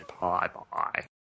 Bye-bye